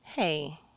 hey